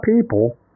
people